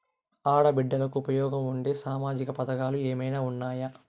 ఆడ బిడ్డలకు ఉపయోగం ఉండే సామాజిక పథకాలు ఏమైనా ఉన్నాయా?